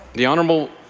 the honourable